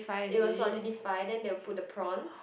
it will solidify then they will put the prawns